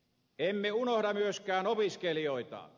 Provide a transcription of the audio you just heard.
emme unohda myöskään opiskelijoita